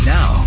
Now